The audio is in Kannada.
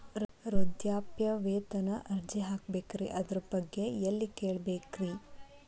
ವೃದ್ಧಾಪ್ಯವೇತನ ಅರ್ಜಿ ಹಾಕಬೇಕ್ರಿ ಅದರ ಬಗ್ಗೆ ಎಲ್ಲಿ ಕೇಳಬೇಕ್ರಿ?